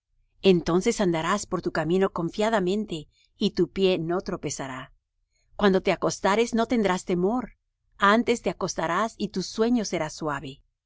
entonces andarás por tu camino confiadamente y tu pie no tropezará cuando te acostares no tendrás temor antes te acostarás y tu sueño será suave